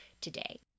today